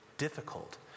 difficult